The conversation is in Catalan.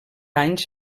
anys